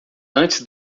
antes